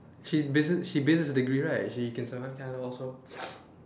she business she business degree right she can survive there also